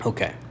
Okay